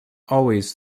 always